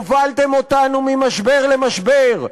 הובלתם אותנו ממשבר למשבר,